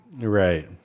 Right